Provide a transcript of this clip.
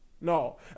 No